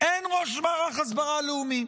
אין ראש מערך הסברה לאומי.